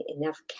enough